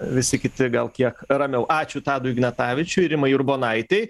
visi kiti gal kiek ramiau ačiū tadui ignatavičiui rimai urbonaitei